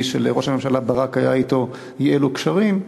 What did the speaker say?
שלראש הממשלה ברק היו אתו אי-אלו קשרים,